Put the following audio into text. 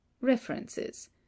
References